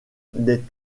des